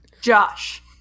josh